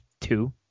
two